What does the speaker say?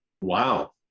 wow